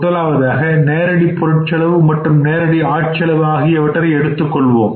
முதலாவதாக நேரடி பொருட்செலவு மற்றும் நேரடி ஆட்செலவு ஆகியவற்றை எடுத்துக் கொள்வோம்